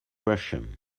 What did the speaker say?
russian